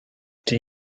dia